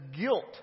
guilt